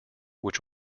which